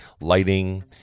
lighting